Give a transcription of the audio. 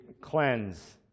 cleanse